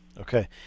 Okay